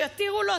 שיתירו לו,